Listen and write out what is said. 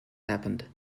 happened